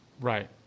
Right